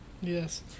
Yes